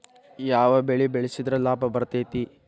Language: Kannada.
ಯಾವ ಬೆಳಿ ಬೆಳ್ಸಿದ್ರ ಲಾಭ ಬರತೇತಿ?